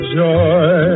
joy